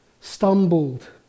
stumbled